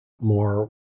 more